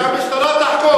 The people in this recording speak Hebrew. שהמשטרה תחקור.